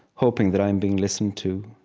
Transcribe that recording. hoping that i'm being listened to.